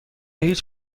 هیچ